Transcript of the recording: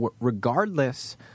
Regardless